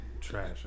Trash